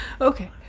okay